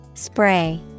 Spray